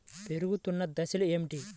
పెరుగుతున్న దశలు ఏమిటి?